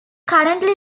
currently